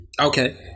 Okay